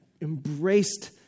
embraced